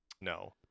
No